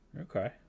okay